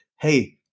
Hey